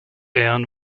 ehren